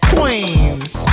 Queens